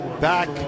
back